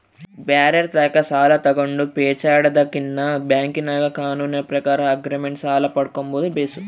ಬ್ಯಾರೆರ್ ತಾಕ ಸಾಲ ತಗಂಡು ಪೇಚಾಡದಕಿನ್ನ ಬ್ಯಾಂಕಿನಾಗ ಕಾನೂನಿನ ಪ್ರಕಾರ ಆಗ್ರಿಮೆಂಟ್ ಸಾಲ ಪಡ್ಕಂಬದು ಬೇಸು